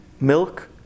milk